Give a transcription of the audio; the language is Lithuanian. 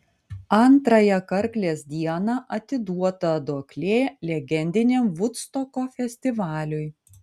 antrąją karklės dieną atiduota duoklė legendiniam vudstoko festivaliui